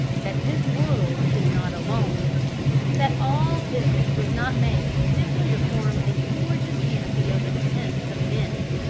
that his world is not alone that all this was not made simply to form a gorgeous canopy over the tents of men.